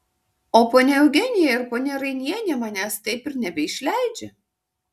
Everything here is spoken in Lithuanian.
o ponia eugenija ir ponia rainienė manęs taip ir nebeišleidžia